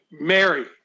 Mary